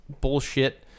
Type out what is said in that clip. bullshit